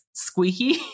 squeaky